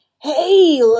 Hey